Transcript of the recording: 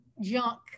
junk